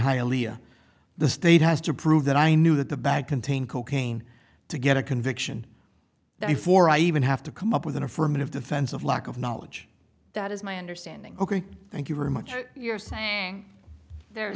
hialeah the state has to prove that i knew that the bag contained cocaine to get a conviction that before i even have to come up with an affirmative defense of lack of knowledge that is my understanding ok thank you very much you're saying there